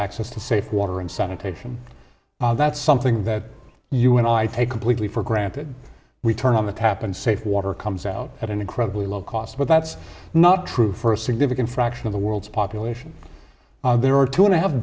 access to safe water and sanitation that's something that you and i take completely for granted we turn on the tap and safe water comes out at an incredibly low cost but that's not true for a significant fraction of the world's population there are two and a half